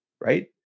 right